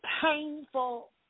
painful